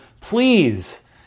please